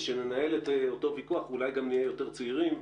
ושננהל את אותו ויכוח ואולי גם נהיה יותר צעירים,